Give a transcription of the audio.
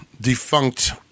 defunct